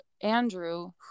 andrew